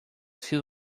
his